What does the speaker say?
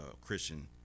christian